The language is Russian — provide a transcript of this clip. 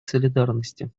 солидарности